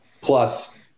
plus